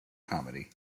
comedy